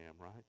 right